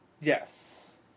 Yes